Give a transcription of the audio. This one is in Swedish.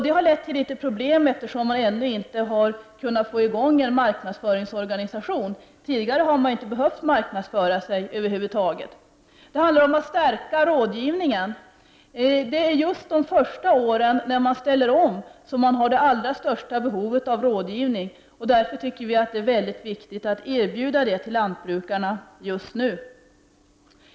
Det har lett till litet problem, eftersom man ännu inte har hunnit få i gång en marknadsföringsorganisation. Tidigare har man ju inte behövt marknadsföra sig över huvud taget. Reservationerna handlar vidare om hur vi skall kunna stärka rådgivningen. Det är just under de första åren, när lantbrukarna ställer om produktionen, som de har det allra största behovet av rådgivning. Vi menar därför att det är mycket viktigt att just nu erbjuda lantbrukarna hjälp med detta.